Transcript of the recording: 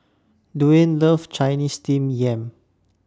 Dwaine loves Chinese Steamed Yam